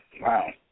Wow